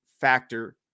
factor